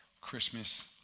Christmas